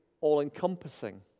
all-encompassing